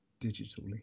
Digitally